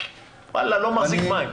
זה לא מחזיק מים.